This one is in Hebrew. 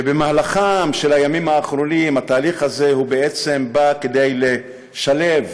ובמהלך הימים האחרונים התהליך הזה בעצם נעשה כדי לשלב